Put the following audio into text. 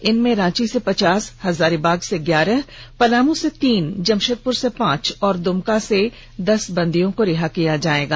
इनमे रोंची से पचास हजारीबाग से ग्यारह पलामू से तीन जमशेदपुर से पांच और दुमका से दस बंदयिों को रिहा किया जायेगा